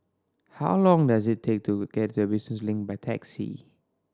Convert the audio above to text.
how long does it take to get to Business Link by taxi